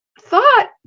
thought